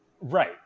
Right